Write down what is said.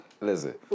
Listen